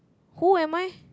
who am I